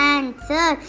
Answer